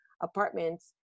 apartments